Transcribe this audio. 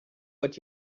what